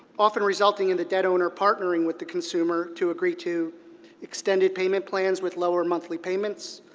often resulting in the debt owner partnering with the consumer to agree to extended payment plans with lower monthly payments,